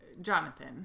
Jonathan